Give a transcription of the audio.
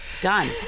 Done